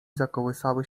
zakołysały